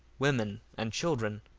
women, and children.